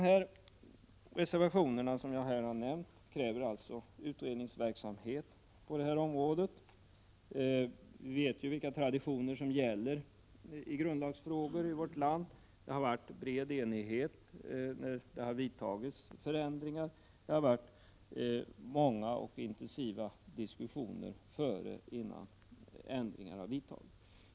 De reservationer som jag har nämnt kräver alltså utredningsverksamhet. Vi vet vilka traditioner som gäller i grundlagsfrågor i vårt land. Det har rått bred enighet när det har vidtagits förändringar, och många och intensiva diskussioner har förts innan ändringar har kommit till stånd.